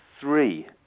Three